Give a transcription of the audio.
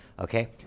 Okay